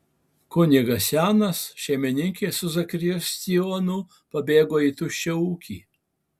kunigas senas šeimininkė su zakristijonu pabėgo į tuščią ūkį